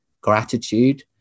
gratitude